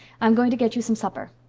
i'm going to get you some supper.